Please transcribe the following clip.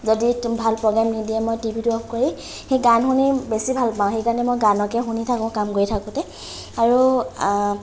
যদি ভাল প্ৰ'গ্ৰেম নিদিয়ে মই টিভিটো অফ কৰি সেই গান শুনি বেছি ভাল পাওঁ সেইকাৰণে মই গানকে শুনি থাকো কাম কৰি থাকোঁতে আৰু